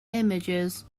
images